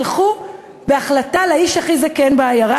והחליטו ללכת לאיש הכי זקן בעיירה,